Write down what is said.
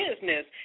business